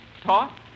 Talk